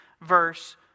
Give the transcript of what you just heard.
verse